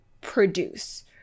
produce